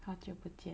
好久不见